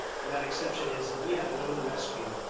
and that exception is if we have a known rescue,